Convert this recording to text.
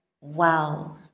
wow